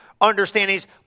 understandings